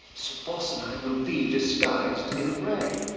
sir boss and i will be disguised in rags.